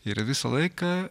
ir visą laiką